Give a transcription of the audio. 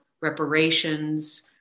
reparations